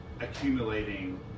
accumulating